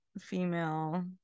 female